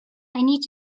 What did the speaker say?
need